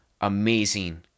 amazing